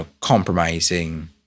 Compromising